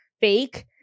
fake